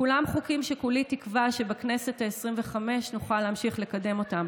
כולם חוקים שכולי תקווה שבכנסת העשרים-וחמש נוכל להמשיך לקדם אותם.